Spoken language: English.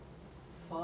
chicken